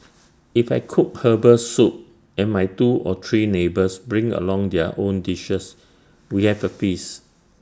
if I cook Herbal Soup and my two or three neighbours bring along their own dishes we have A feast